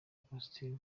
augustin